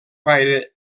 gaire